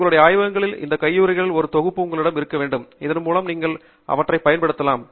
உங்களுடைய ஆய்வகங்களில் இந்த கையுறைகளின் ஒரு தொகுப்பு உங்களிடம் இருக்க வேண்டும் இதன்மூலம் நீங்கள் அவற்றைப் பயன்படுத்தலாம்